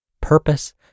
purpose